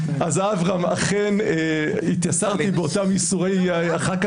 אכן התייסרתי באותם ייסורי חבר הכנסת